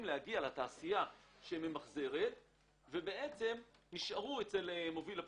להגיע לתעשייה שממחזרת אבל נשארו אצל מוביל הפסולת.